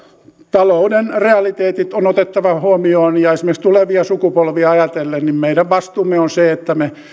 talouden realiteetit on otettava huomioon ja esimerkiksi tulevia sukupolvia ajatellen meidän vastuumme on se että me